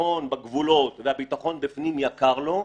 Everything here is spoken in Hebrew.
הביטחון בגבולות והביטחון בפנים יקר לו.